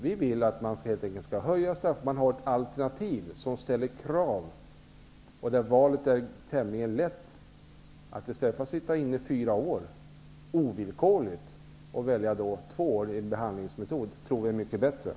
Vi vill höja straffet. Vi vill ha alternativ med krav. Valet är tämligen lätt. I stället för att man måste sitta i fängelse i fyra år, ovillkorligt, tror vi att det är mycket bättre att man kan välja två år i en behandlingsmetod.